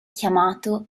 chiamato